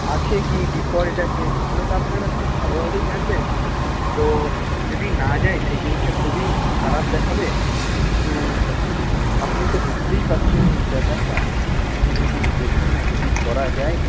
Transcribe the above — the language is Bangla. আছে কী ডিফল্ট আছে এগুলো তো আপনারা খুব ভালোভাবেই জানবেন তো যদি না যাই সেই জিনিসটা খুবই খারাপ দেখাবে একটু আপনি তো বুঝতেই পারছেন এই ব্যাপারটা একটু যদি দেখুন না যদি করা যায়